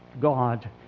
God